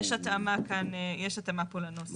יש התאמה פה לנוסח.